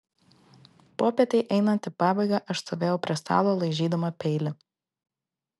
popietei einant į pabaigą aš stovėjau prie stalo laižydama peilį